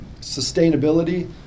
sustainability